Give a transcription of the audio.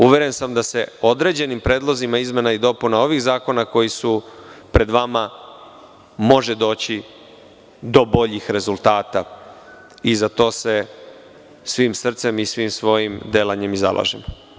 Uveren sam da se određenim predlozima izmena i dopuna ovih zakona koji su pred vama može doći do boljih rezultata i za to se svim srcem i svim svojim delanjem zalažem.